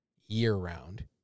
year-round